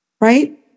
Right